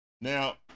Now